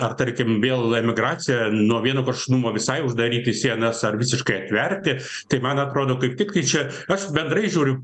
ar tarkim vėl emigracija nuo vieno kraštutinumo visai uždaryti sienas ar visiškai atverti tai man atrodo kaip tik čia aš bendrai žiūriu